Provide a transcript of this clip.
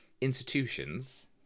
institutions